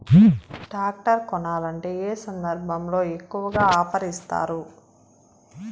Tractor కొనాలంటే ఏ సందర్భంలో ఎక్కువగా ఆఫర్ ఇస్తారు?